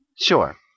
Sure